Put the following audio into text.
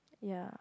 ya